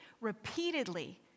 repeatedly